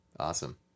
Awesome